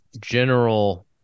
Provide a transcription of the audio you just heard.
general